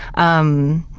um,